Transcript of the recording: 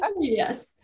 Yes